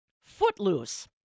Footloose